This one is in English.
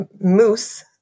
moose